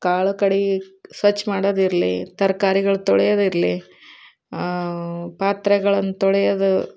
ಕಾಳು ಕಡಿ ಸ್ವಚ್ಛ ಮಾಡೋದಿರಲಿ ತರ್ಕಾರಿಗಳು ತೊಳೆಯೋದಿರಲಿ ಪಾತ್ರೆಗಳನ್ನ ತೊಳೆಯೋದು